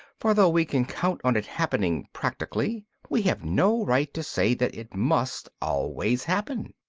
for though we can count on it happening practically, we have no right to say that it must always happen.